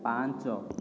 ପାଞ୍ଚ